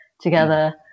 together